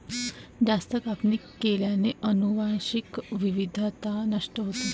जास्त कापणी केल्याने अनुवांशिक विविधता नष्ट होते